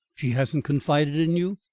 she hasn't confided in you?